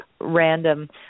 random